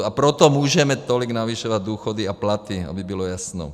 A proto můžeme tolik navyšovat důchody a platy, aby bylo jasno.